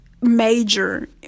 major